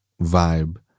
vibe